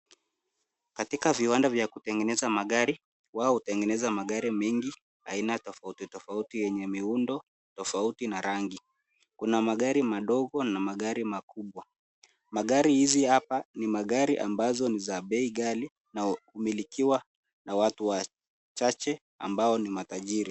Katika viwanda vya kutengeneza magari, wao hutengeneza magari mengi aina tofauti tofauti yenye miundo tofauti na rangi. Kuna magari madogo na magari makubwa. Magari hizi hapa ni magari ambazo ni za bei ghali na humilikiwa na watu wachahe ambao ni matajiri.